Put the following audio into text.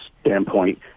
standpoint